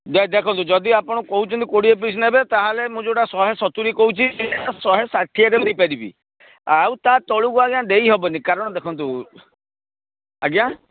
ଦେଖନ୍ତୁ ଯଦି ଆପଣ କହୁଛନ୍ତି କୋଡ଼ିଏ ପିସ୍ ନେବେ ତା'ହେଲେ ମୁଁ ଯେଉଁଟା ଶହେ ସତୁରି କହୁଛି ଶହେ ଷାଠିଏରେ ଦେଇପାରିବି ଆଉ ତା ତଳକୁ ଆଜ୍ଞା ଦେଇ ହେବନି କାରଣ ଦେଖନ୍ତୁ ଆଜ୍ଞା